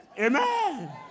Amen